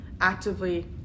actively